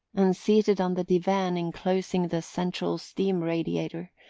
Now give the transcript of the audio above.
and seated on the divan enclosing the central steam-radiator,